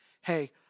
Hey